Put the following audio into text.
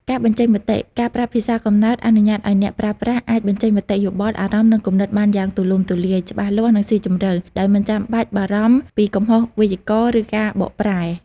ការបញ្ចេញមតិ ការប្រើភាសាកំណើតអនុញ្ញាតឲ្យអ្នកប្រើប្រាស់អាចបញ្ចេញមតិយោបល់ អារម្មណ៍ និងគំនិតបានយ៉ាងទូលំទូលាយ ច្បាស់លាស់ និងស៊ីជម្រៅ ដោយមិនចាំបាច់បារម្ភពីកំហុសវេយ្យាករណ៍ ឬការបកប្រែ។